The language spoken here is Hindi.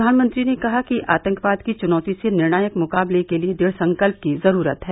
प्रधानमंत्री ने कहा कि आतंकवाद की चुनौती से निर्णायक मुकाबले के लिए दृढ़ संकल्प की ज़रूरत है